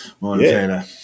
Montana